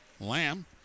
lamb